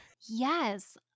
Yes